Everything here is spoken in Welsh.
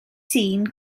dyn